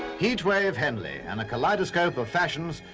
heatwave henley and a kaleidoscope of fashions.